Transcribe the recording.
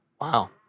wow